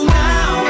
now